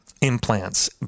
implants